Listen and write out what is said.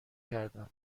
کردم